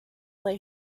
lay